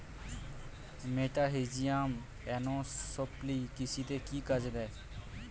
মেটাহিজিয়াম এনিসোপ্লি কৃষিতে কি কাজে দেয়?